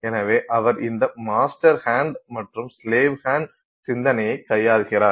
எனவே அவர் இந்த மாஸ்டர் ஹண்ட் மற்றும் ஸ்லேவ் ஹண்ட் சிந்தனையை கையாள்கிறார்